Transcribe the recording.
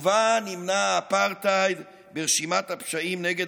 ובה נמנה האפרטהייד ברשימת הפשעים נגד